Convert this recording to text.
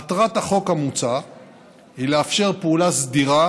מטרת החוק המוצע היא לאפשר פעולה סדירה